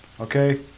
Okay